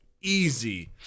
easy